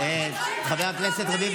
חברי הכנסת נאור שירי,